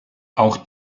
auch